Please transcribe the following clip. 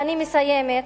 אני מסיימת.